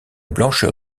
blancheur